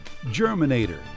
Germinator